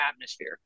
atmosphere